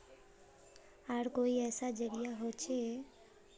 आर कोई ऐसा जरिया होचे जहा से लोन प्राप्त करवा सकोहो ही?